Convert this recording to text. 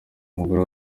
umugore